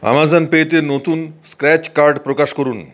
Amazon পেতে নতুন scratch card প্রকাশ করুন